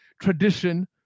tradition